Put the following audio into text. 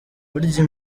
burya